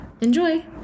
enjoy